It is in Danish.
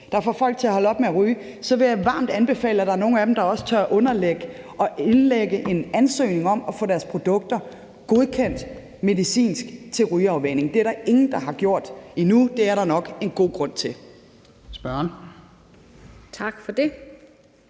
som får folk til at holde op med at ryge, så vil jeg varmt anbefale, at nogle af dem også tør indsende en ansøgning om at få godkendt deres produkter medicinsk til rygeafvænning. Det er der ingen der har gjort endnu, og det er der nok en god grund til.